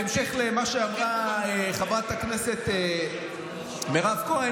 בהמשך למה שאמרה חברת הכנסת מירב כהן